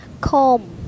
comb